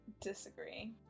Disagree